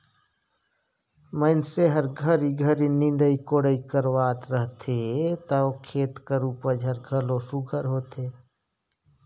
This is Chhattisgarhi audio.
मइनसे हर घरी घरी निंदई कोड़ई करवात रहथे ता ओ खेत कर उपज हर घलो सुग्घर होथे